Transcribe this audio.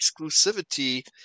exclusivity